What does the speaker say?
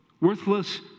worthless